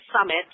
summit